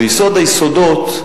ויסוד היסודות,